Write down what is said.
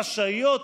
חשאיות,